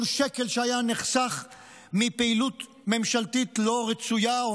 כל שקל שהיה נחסך מפעילות ממשלתית לא רצויה או